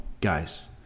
guys